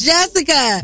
Jessica